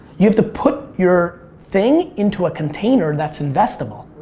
you have to put your thing into a container that's investable.